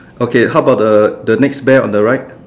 okay how about the next bear on the right